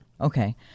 Okay